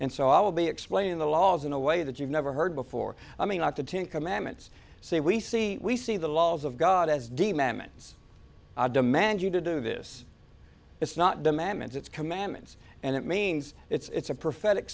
and so i will be explaining the laws in a way that you've never heard before i mean up to ten commandments say we see we see the laws of god as demons i demand you to do this it's not demands it's commandments and it means it's a prophetic